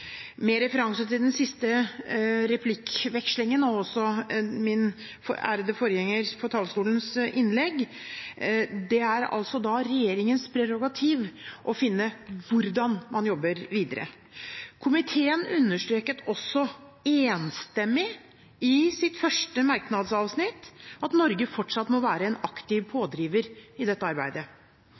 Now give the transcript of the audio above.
Med referanse til den siste replikkvekslingen og også innlegget til min ærede forgjenger på talerstolen: Det er altså da regjeringens prerogativ å finne ut hvordan man jobber videre. Komiteen understreket også – enstemmig – i sitt første merknadsavsnitt at Norge fortsatt må være en aktiv pådriver i dette arbeidet.